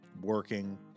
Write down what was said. working